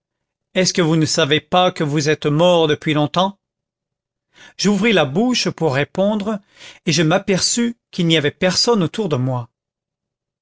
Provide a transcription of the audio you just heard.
est-ce que vous ne savez pas que vous êtes mort depuis longtemps j'ouvris la bouche pour répondre et je m'aperçus qu'il n'y avait personne autour de moi